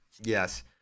Yes